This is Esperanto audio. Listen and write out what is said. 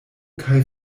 kaj